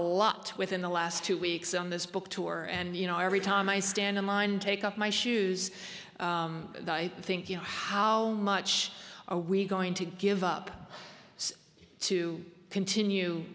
locked within the last two weeks on this book tour and you know every time i stand in line and take up my shoes i think you know how much are we going to give up to continue